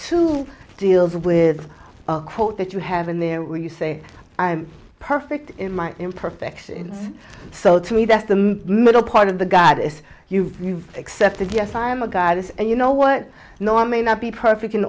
two deals with a quote that you have in there where you say i'm perfect in my imperfections so to me that's the middle part of the goddess you've you've accepted yes i am a goddess and you know what no may not be perfect in